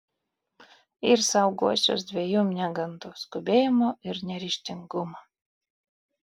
ir saugosiuos dviejų negandų skubėjimo ir neryžtingumo